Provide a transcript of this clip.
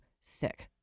sick